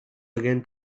again